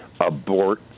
abort